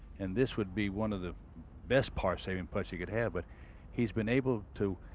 and this would be one of the best par saving putts he can have, but he's been able to.